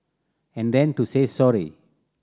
and then to say sorry